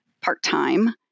part-time